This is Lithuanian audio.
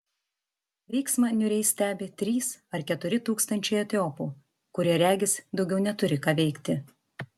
veiksmą niūriai stebi trys ar keturi tūkstančiai etiopų kurie regis daugiau neturi ką veikti